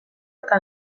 eta